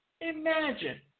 Imagine